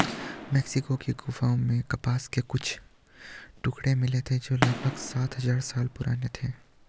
Mexico की गुफाओं में कपास के कुछ टुकड़े मिले थे जो लगभग सात हजार साल पुराने थे